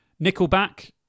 Nickelback